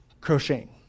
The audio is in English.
crocheting